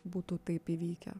būtų taip įvykę